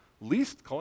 least